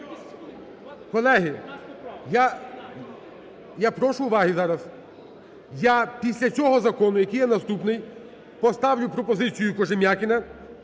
Колеги, я, я прошу уваги зараз. Я після цього закону, який є наступний, поставлю пропозицію Кожем'якіна,